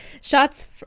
shots